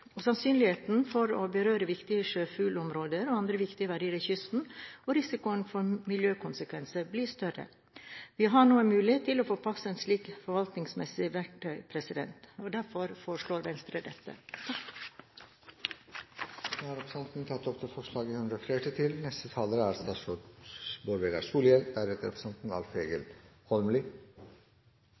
og sannsynligheten for å berøre viktige sjøfuglområder og andre viktige verdier ved kysten og risikoen for miljøkonsekvenser blir større. Vi har nå en mulighet til å få på plass et slikt forvaltningsmessig verktøy, og derfor foreslår Venstre dette i dag. Representanten Borghild Tenden har tatt opp det forslaget hun refererte til.